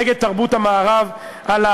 נגד תרבות המערב לא